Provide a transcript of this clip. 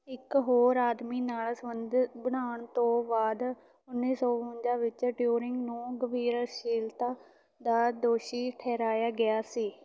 ਇੱਕ ਹੋਰ ਆਦਮੀ ਨਾਲ ਸੰਬੰਧ ਬਣਾਉਣ ਤੋਂ ਬਾਅਦ ਉੱਨੀ ਸੌ ਬਵੰਜਾ ਵਿੱਚ ਟਿਊਰਿੰਗ ਨੂੰ ਗੰਭੀਰ ਅਸ਼ਲੀਲਤਾ ਦਾ ਦੋਸ਼ੀ ਠਹਿਰਾਇਆ ਗਿਆ ਸੀ